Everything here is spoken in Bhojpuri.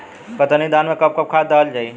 कतरनी धान में कब कब खाद दहल जाई?